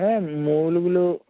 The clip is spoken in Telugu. మూలుగులు